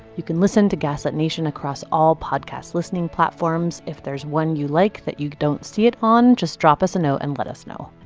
you can listen to gaslit nation across all podcast listening platforms. if there's one you like that you don't see it on, just drop us a note and let us know.